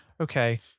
Okay